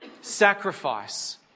sacrifice